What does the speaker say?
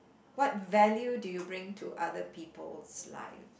what value do you bring to other people's life